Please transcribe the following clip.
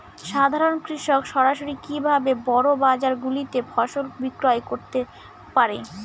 সাধারন কৃষক সরাসরি কি ভাবে বড় বাজার গুলিতে ফসল বিক্রয় করতে পারে?